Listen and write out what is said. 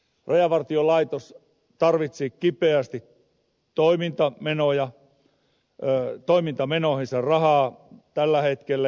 rajavartiolaitos tarvitsee kipeästi toimintamenoihinsa rahaa tällä hetkellä